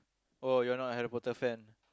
oh you're not a Harry-Potter fan